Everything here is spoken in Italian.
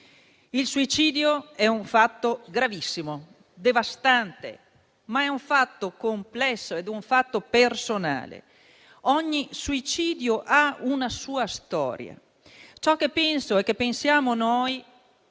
Il suicidio è un fatto gravissimo, devastante; ma è un fatto complesso ed è un fatto personale. Ogni suicidio ha una sua storia. Ciò che penso e che pensiamo noi